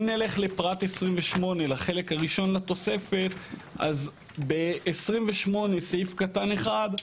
אם נלך לפרט 28 לחלק הראשון לתוספת ב-28 סעיף קטן (1)